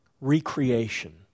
Recreation